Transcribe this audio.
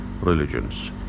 religions